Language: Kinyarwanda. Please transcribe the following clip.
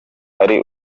ari